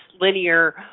linear